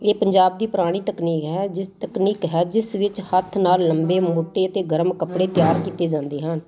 ਇਹ ਪੰਜਾਬ ਦੀ ਪੁਰਾਣੀ ਤਕਨੀਕ ਹੈ ਜਿਸ ਤਕਨੀਕ ਹੈ ਜਿਸ ਵਿੱਚ ਹੱਥ ਨਾਲ ਲੰਬੇ ਮੋਟੇ ਅਤੇ ਗਰਮ ਕੱਪੜੇ ਤਿਆਰ ਕੀਤੇ ਜਾਂਦੇ ਹਨ